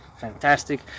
fantastic